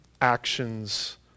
actions